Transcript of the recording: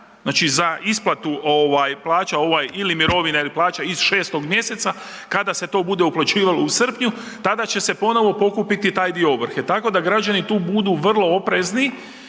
znači za isplatu plaća ili mirovina ili plaća iz 6. mjeseca, kada se to bude uplaćivalo u srpnju, tada će se ponovo pokupiti taj dio ovrhe. Tako da građani tu budu vrlo oprezni